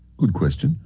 good question.